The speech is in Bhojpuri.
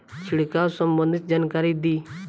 छिड़काव संबंधित जानकारी दी?